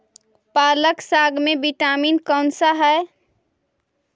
पालक साग में विटामिन कौन सा है?